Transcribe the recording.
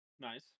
Nice